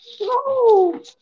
No